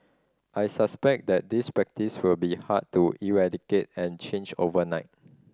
I suspect that this practice will be hard to eradicate and change overnight